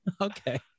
okay